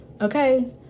okay